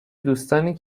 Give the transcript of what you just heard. دوستانی